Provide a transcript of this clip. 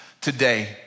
today